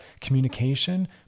Communication